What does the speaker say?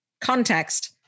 context